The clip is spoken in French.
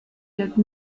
quatre